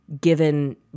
given